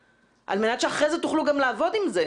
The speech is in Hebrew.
על מנת שאחרי זה תוכלו גם לעבוד עם זה.